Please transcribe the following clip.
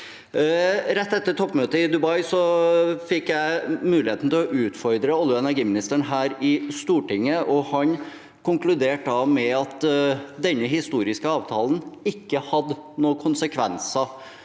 Rett etter toppmøtet i Dubai fikk jeg muligheten til å utfordre olje- og energiministeren her i Stortinget, og han konkluderte da med at denne historiske avtalen ikke hadde noen konsekvenser